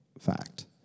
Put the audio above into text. fact